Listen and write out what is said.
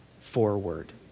forward